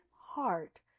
heart